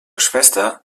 schwester